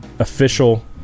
official